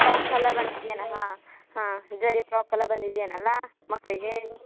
ಫ್ರಾಕೆಲ್ಲ ಬಂದಿದ್ಯನೋ ಹಾಂ ಹಾಂ ಜರಿ ಫ್ರಾಕ್ ಎಲ್ಲ ಬಂದಿದ್ಯೇನೋ ಅಲಾ ಮಕ್ಕಳಿಗೆ